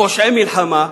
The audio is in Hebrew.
"פושעי מלחמה",